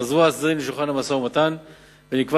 חזרו הצדדים לשולחן המשא-ומתן ונקבע